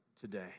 today